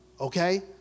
Okay